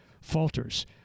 falters